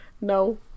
No